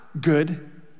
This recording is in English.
good